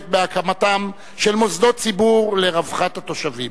בהקמתם של מוסדות ציבור לרווחת התושבים.